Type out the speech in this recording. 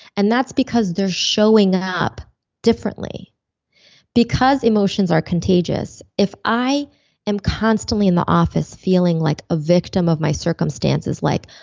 and that's because they're showing up differently because emotions are contagious, if i am constantly in the office feeling like a victim of my circumstances like,